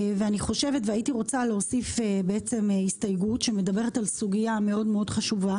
והייתי רוצה להוסיף בעצם הסתייגות שמדברת על סוגיה מאוד מאוד חשובה